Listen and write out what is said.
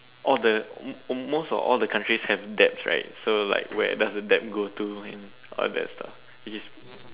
oh the most most or all the countries have debts right so like where does the debt go to and all that stuff which is